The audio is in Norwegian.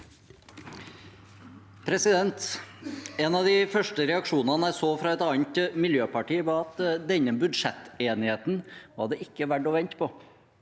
En av de første reaksjonene jeg så fra et annet miljøparti, var at denne budsjettenigheten var det ikke verdt å vente på.